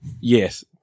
Yes